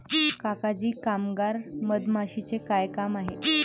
काका जी कामगार मधमाशीचे काय काम आहे